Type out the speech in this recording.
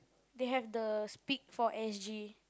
they have the speak for s_g